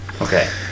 Okay